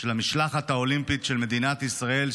של המשלחת האולימפית של מדינת ישראל,